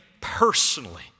personally